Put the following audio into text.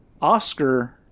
Oscar